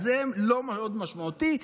זה לא מאוד משמעותי.